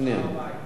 רק שנייה.